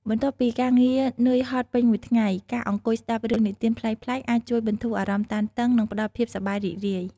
បន្ទាប់ពីការងារនឿយហត់ពេញមួយថ្ងៃ ការអង្គុយស្ដាប់រឿងនិទានប្លែកៗ អាចជួយបន្ធូរអារម្មណ៍តានតឹង និងផ្ដល់ភាពសប្បាយរីករាយ។